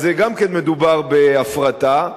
גם אז מדובר בהפרטה.